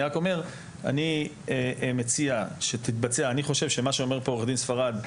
אני חושב שמה שאומר פה עו"ד ספרד,